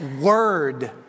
word